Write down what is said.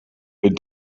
but